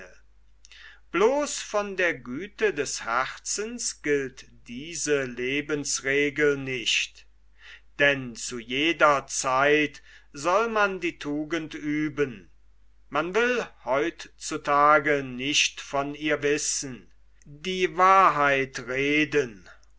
bloß von der güte des herzens gilt diese lebensregel nicht denn zu jeder zeit soll man die tugend üben man will heut zu tage nicht von ihr wissen die wahrheit reden